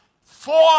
four